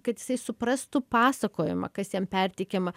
kad jisai suprastų pasakojimą kas jam perteikiama